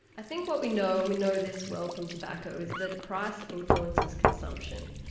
i think what we know, and we know this well from tobacco, is that price influences consumption.